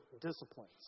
disciplines